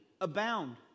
abound